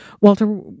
Walter